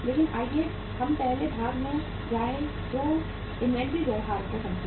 लेकिन आइए हम पहले भाग में जाएं जो इन्वेंट्री व्यवहार को समझें